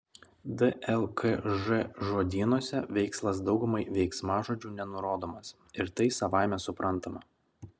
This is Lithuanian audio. dlkž žodynuose veikslas daugumai veiksmažodžių nenurodomas ir tai savaime suprantama